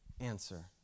answer